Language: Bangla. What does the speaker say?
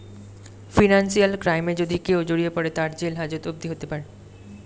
ফিনান্সিয়াল ক্রাইমে যদি কেও জড়িয়ে পরে, তার জেল হাজত অবদি হতে পারে